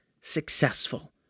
successful